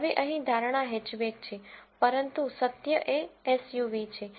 હવે અહીં ધારણા હેચબેક છે પરંતુ સત્ય એ એસયુવી છે